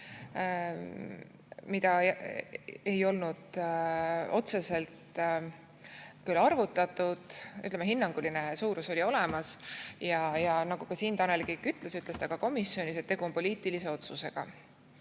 mida ei olnud otseselt küll arvutatud. Hinnanguline suurus oli olemas. Nagu siin Tanel Kiik ütles siin, ütles ta ka komisjonis, et tegu on poliitilise otsusega.